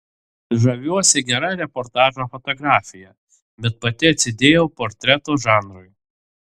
žaviuosi gera reportažo fotografija bet pati atsidėjau portreto žanrui